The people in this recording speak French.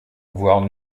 voire